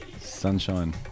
Sunshine